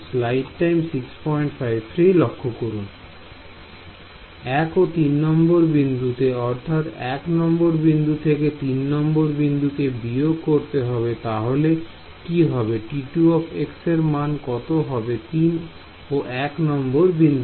Student 1 ও 3 নম্বর বিন্দুতে অর্থাৎ এক নম্বর বিন্দু থেকে তিন নম্বর কে বিয়োগ করতে হবে তাহলে কি হবে T2 এর মান কত হবে 3 ও 1 নম্বর বিন্দুতে